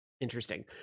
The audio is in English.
interesting